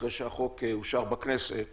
אחרי שהחוק אושר בכנסת כאן,